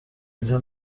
اینجا